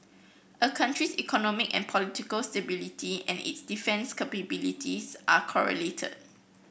a country's economy and political stability and its defence capabilities are correlated